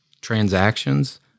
transactions